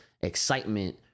excitement